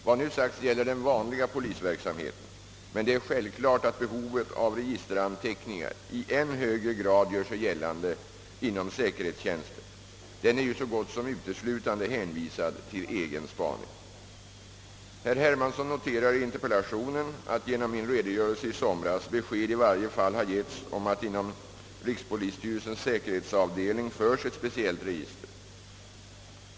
Vad nu sagts gäller den vanliga polisverksamheten, men det är självklart att behovet av registeranteckningar i än högre grad gör sig gällande inom säkerhetstjänsten. Den är ju så gott som uteslutande hänvisad till egen spaning. lationen att genom min redogörelse i somras besked i varje fall har getts om att inom rikspolisstyrelsens säkerhetsavdelning förs ett speciellt register.